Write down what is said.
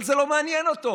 אבל זה לא מעניין אותו.